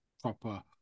proper